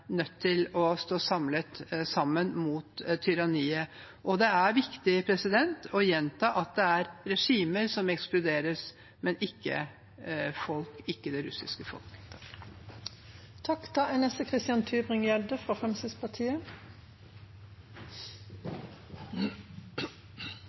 nødt til å stå samlet sammen, mot tyranniet. Det er også viktig å gjenta at det er regimer som ekskluderes, men ikke det russiske folk. Jeg ser at debatten er